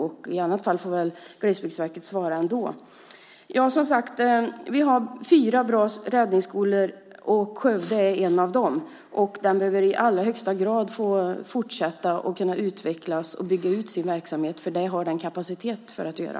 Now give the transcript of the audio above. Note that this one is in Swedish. I annat fall får väl Glesbygdsverket svara ändå. Vi har fyra bra räddningsskolor, och Skövde är en av dem. Den bör i allra högsta grad få fortsätta, utvecklas och bygga ut sin verksamhet. Det har den kapacitet för att göra.